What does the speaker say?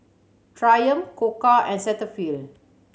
Triumph Koka and Cetaphil